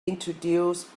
introduce